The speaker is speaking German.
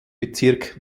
bezirk